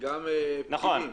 גם פקידים,